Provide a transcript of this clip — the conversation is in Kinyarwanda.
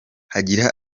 agira